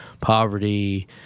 poverty